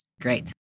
Great